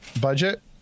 budget